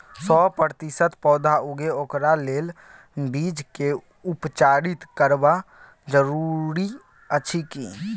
सौ प्रतिसत पौधा उगे ओकरा लेल बीज के उपचारित करबा जरूरी अछि की?